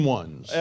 ones